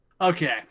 Okay